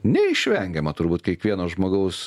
neišvengiamą turbūt kiekvieno žmogaus